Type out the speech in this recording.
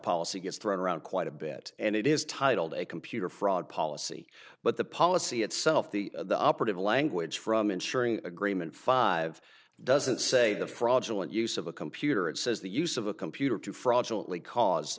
policy gets thrown around quite a bit and it is titled a computer fraud policy but the policy itself the the operative language from insuring agreement five doesn't say the fraudulent use of a computer it says the use of a computer to fraudulently cause